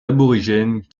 aborigènes